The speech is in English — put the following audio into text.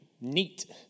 neat